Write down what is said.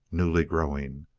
newly growing.